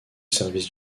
service